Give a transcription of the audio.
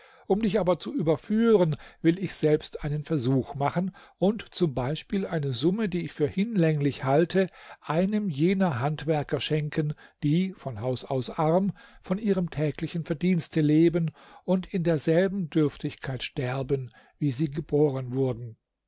um dich aber zu überführen will ich selbst einen versuch machen und zum beispiel eine summe die ich für hinlänglich halte einem jener handwerker schenken die von haus aus arm von ihrem täglichen verdienste leben und in derselben dürftigkeit sterben wie sie geboren wurden